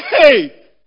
Hey